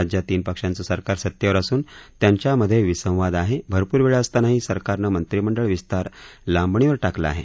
राज्यात तीन पक्षाचं सरकार सतेवर असून त्यांच्यामधे विसंवाद आहे भरपूर वेळ असतानाही सरकारनं मंत्रिमंडळ विस्तार लांबणीवर टाकला आहे